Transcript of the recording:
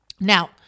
Now